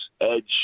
Edge